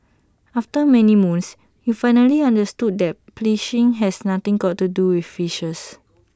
after many moons you finally understood that phishing has nothing got to do with fishes